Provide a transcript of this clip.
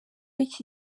iki